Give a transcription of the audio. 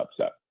upset